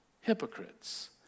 hypocrites